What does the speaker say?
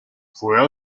fue